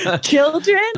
Children